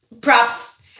Props